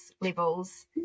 levels